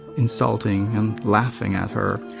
insulting and laughing at her.